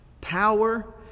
power